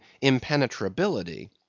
impenetrability